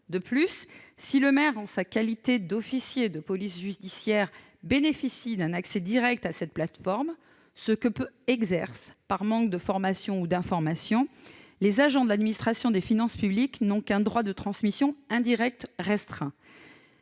En outre, si le maire, en sa qualité d'officier de police judiciaire, bénéficie d'un accès direct à cette plateforme, il peut manquer de formation ou d'information ; or les agents de l'administration des finances publiques, eux, n'ont qu'un droit de transmission indirect restreint.